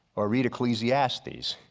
or read ecclesiastes.